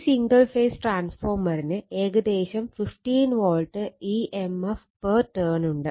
ഈ single phase ട്രാൻസ്ഫോർമറിന് ഏകദേശം 15 volt E M F per turn ഉണ്ട്